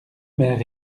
mères